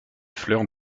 fleurs